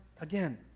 again